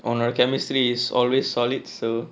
on our chemistry is always solid so